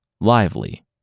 Lively